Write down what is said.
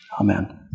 amen